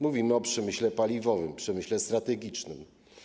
Mówimy o przemyśle paliwowym, przemyśle strategicznym.